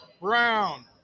Brown